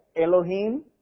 Elohim